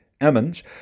Emmons